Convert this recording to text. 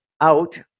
out